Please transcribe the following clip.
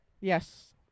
Yes